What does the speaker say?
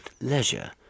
leisure